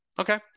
Okay